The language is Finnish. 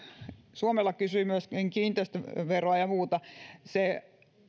suomela kysyi myöskin kiinteistöverosta ja muusta se